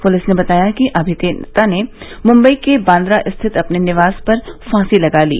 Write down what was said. police ने बताया कि अभिनेता ने मुम्बई के बांद्रा स्थित अपने निवास पर फांसी लगा ली